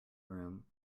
room